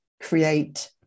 create